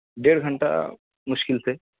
ڈیڑھ گھنٹہ مشکل سے